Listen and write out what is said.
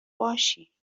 باشی